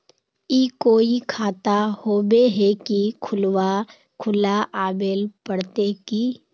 ई कोई खाता होबे है की खुला आबेल पड़ते की?